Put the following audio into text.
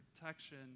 protection